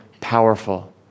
powerful